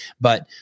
But-